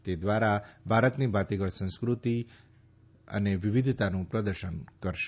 તે ધ્વારા ભારતની ભાતીગણ સાંસ્કૃતિક વિવિધતાનું પ્રદર્શન કરશે